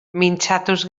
mintzatuz